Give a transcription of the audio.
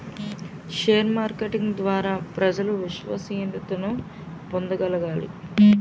share marketing ద్వారా ప్రజలు విశ్వసనీయతను పొందగలగాలి